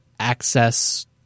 access